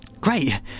Great